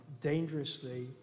dangerously